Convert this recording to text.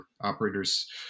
operators